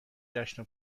جشن